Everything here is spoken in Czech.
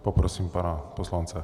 Poprosím pana poslance.